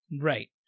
right